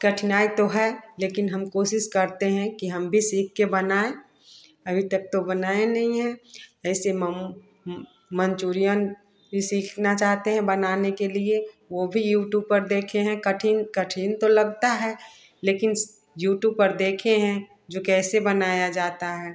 कठिनाई तो है लेकिन हम कोशिश करते हैं कि हम भी सीख के बनाएँ अभी तक तो बनाएँ नहीं हैं ऐसे मंचूरियन ये सीखना चाहते हैं बनाने के लिए वो भी यूट्यूब पर देखे हैं कठिन कठिन तो लगता है लेकिन यूट्यूब पर देखे हैं जो कैसे बनाया जाता हैं